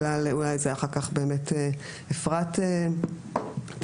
אולי אחר כך אפרת תסביר,